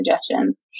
suggestions